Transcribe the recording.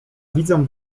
widzę